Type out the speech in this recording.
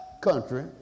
country